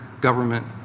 government